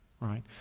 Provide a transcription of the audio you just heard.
right